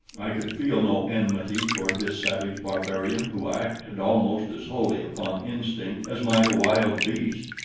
i could feel no enmity toward this savage barbarian who acted almost as wholly upon instinct as might a wild beast,